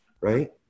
right